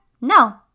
no